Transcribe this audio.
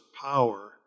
power